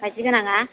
माइदि गोनाङा